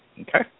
Okay